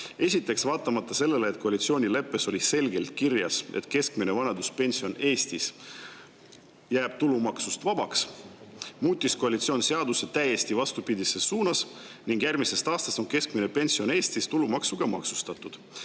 Esiteks, vaatamata sellele, et koalitsioonileppes oli selgelt kirjas, et keskmine vanaduspension Eestis jääb tulumaksust vabaks, muutis koalitsioon seadust täiesti vastupidises suunas ning järgmisest aastast on keskmine pension Eestis tulumaksuga maksustatud.